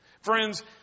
Friends